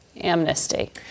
Amnesty